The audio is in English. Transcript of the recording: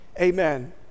Amen